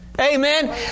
Amen